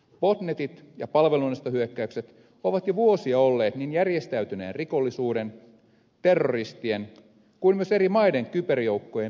botnetit ja palvelunestohyökkäykset ovat jo vuosia olleet niin järjestäytyneen rikollisuuden terroristien kuin myös eri maiden kyberjoukkojen perusarsenaalia